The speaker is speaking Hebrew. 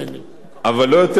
אבל לא יותר מטיבי.